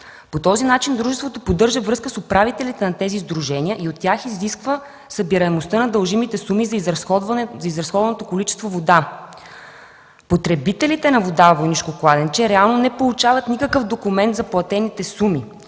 По този начин дружеството поддържа връзка с управителите на тези сдружения и от тях изисква събираемостта на дължимите суми за изразходваното количество вода. Потребителите на вода в местността „Войнишко кладенче” реално не получават никакъв документ за платените суми.